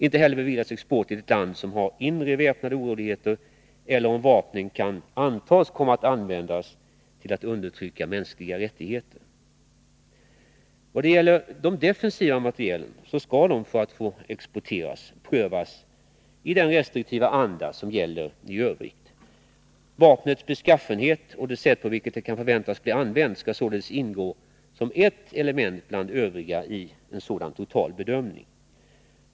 Inte heller beviljas export till ett land som har inre väpnade oroligheter eller om vapnen kan antas komma att användas till att undertrycka mänskliga rättigheter. Vad gäller defensiva materiel skall dessa för att få exporteras prövas i den restriktiva anda som gäller i övrigt. Vapnets beskaffenhet och det sätt på vilket det kan förväntas bli använt skall således ingå som ett element bland övriga i en sådan total bedömning.